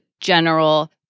general